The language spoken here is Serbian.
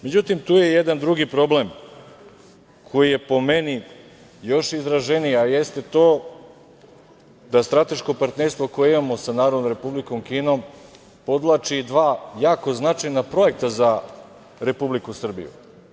Međutim, tu je jedan drugi problem, koji je, po meni, još izraženiji, a jeste to da strateško partnerstvo koje imamo sa Narodnom Republikom Kinom, podvlači i dva jako značajna projekta za Republiku Srbiju.